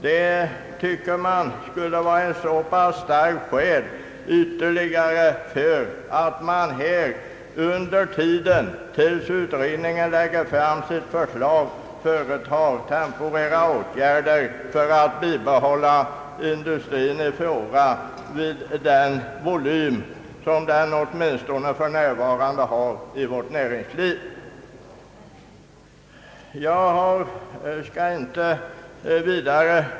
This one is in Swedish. Det kan tyckas att detta är ett starkt skäl för att under tiden till dess utredningen lägger fram sitt förslag vidta temporära åtgärder i syfte att bibehålla industrin i fråga vid den volym som den har för närvarande. Jag skall inte utveckla detta vidare.